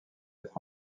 être